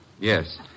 Yes